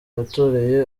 yatoreye